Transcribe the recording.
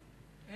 לישראל.